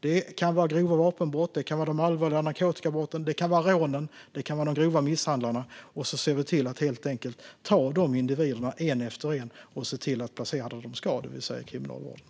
Det kan handla om grova vapenbrott, allvarliga narkotikabrott, rån och grova misshandelsfall. Vi ser till att ta individerna en efter en och placera dem där de ska vara, det vill säga inom kriminalvården.